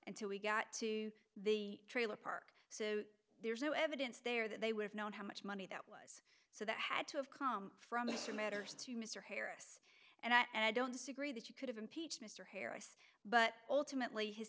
until we got to the trailer park so there's no evidence there that they would have known how much money that was so that had to have come from mr matters to mr harris and i don't disagree that you could have impeached mr harris but ultimately his